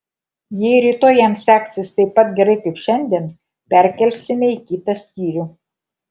jei rytoj jam seksis taip pat gerai kaip šiandien perkelsime į kitą skyrių